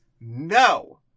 no